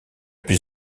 plus